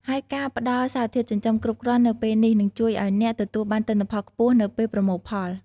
ហើយការផ្តល់សារធាតុចិញ្ចឹមគ្រប់គ្រាន់នៅពេលនេះនឹងជួយឱ្យអ្នកទទួលបានទិន្នផលខ្ពស់នៅពេលប្រមូលផល។